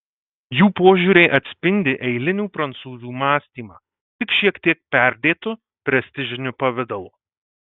jų požiūriai atspindi eilinių prancūzų mąstymą tik šiek tiek perdėtu prestižiniu pavidalu